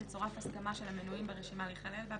תצורף הסכמה של המנויים ברשימה להיכלל בה,